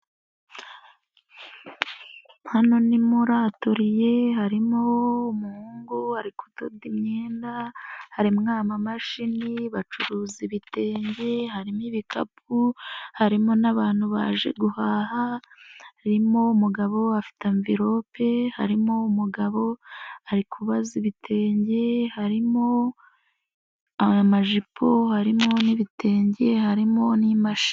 Hano ni muri atoriye, harimo umuhungu wari ari kudoda imyenda, harimo amamashini, bacuruzi ibitenge, harimo ibikapu, harimo n'abantu baje guhaha, harimo umugabo afite mvilope, harimo umugabo ari kubaza ibitenge, harimo amajipo, harimo n'ibitenge harimo n'imashini.